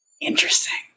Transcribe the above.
Interesting